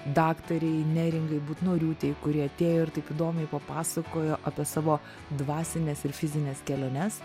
daktarei neringai butnoriūtei kuri atėjo ir taip įdomiai papasakojo apie savo dvasines ir fizines keliones